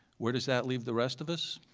where does that leave the rest of us?